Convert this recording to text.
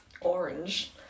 orange